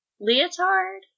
Leotard